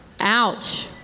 Ouch